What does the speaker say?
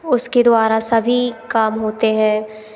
उसके द्वारा सभी काम होते हैं